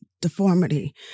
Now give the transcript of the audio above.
deformity